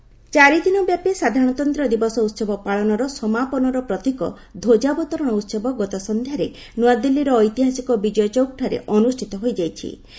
beating retreat ଚାରିଦିନ ବ୍ୟାପି ସାଧାରଣତନ୍ତ୍ର ଦିବସ ଉହବ ପାଳନର ସମାପନର ପ୍ରତୀକ ଧ୍ୱଜାବତରଣ ଉତ୍ସବ ଗତ ସନ୍ଧ୍ୟାରେ ନୂଆଦିଲ୍ଲୀର ଐତିହାସିକ ବିଜୟଚୌକଠାରେ ଅନୁଷ୍ଠିତ ହୋଇଯାଇଛି